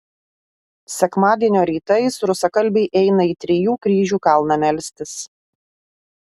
sekmadienio rytais rusakalbiai eina į trijų kryžių kalną melstis